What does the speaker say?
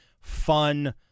fun